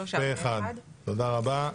הצבעה אושר פה-אחד, תודה רבה.